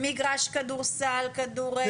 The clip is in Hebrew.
מגרש כדורסל, כדורגל.